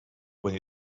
when